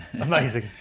Amazing